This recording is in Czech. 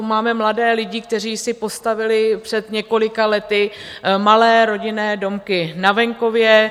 Máme mladé lidi, kteří si postavili před několika lety malé rodinné domky na venkově.